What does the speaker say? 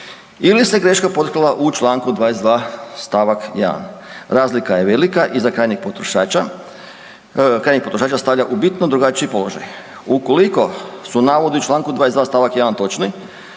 ili se greška potkrala u čl. 22. st. 1., razlika je velika i za krajnjeg potrošača, kažem, potrošača stavlja u bitno drugačiji položaj. Ukoliko su navodi u čl. 22. st. 1. točni